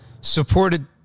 supported